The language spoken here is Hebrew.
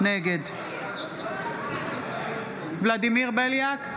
נגד ולדימיר בליאק,